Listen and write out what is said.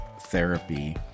therapy